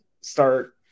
start